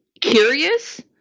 curious